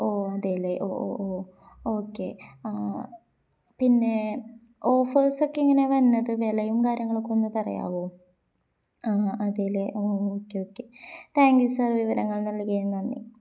ഓ അതേ അല്ലേ ഓ ഓ ഓ ഓക്കെ പിന്നെ ഓഫേഴ്സൊക്കെ ഇങ്ങനെ വന്നത് വിലയും കാര്യങ്ങളൊക്കെ ഒന്നു പറയാമോ ആ അതേ അല്ലേ ഓ okay okay thank you sir വിവരങ്ങൾ നൽകിയതിന് നന്ദി